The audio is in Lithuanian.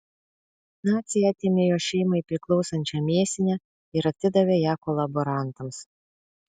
naciai atėmė jo šeimai priklausančią mėsinę ir atidavė ją kolaborantams